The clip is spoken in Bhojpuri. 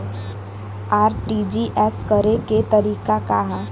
आर.टी.जी.एस करे के तरीका का हैं?